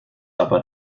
aber